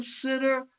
consider